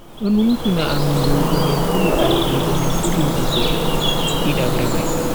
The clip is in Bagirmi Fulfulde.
Do numtina am ndubu min subi ardiido min buri yidugo didabre mai.